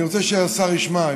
אני רוצה שהשר ישמע,